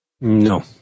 No